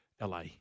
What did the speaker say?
LA